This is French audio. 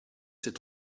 c’est